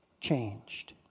Changed